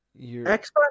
Xbox